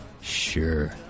Sure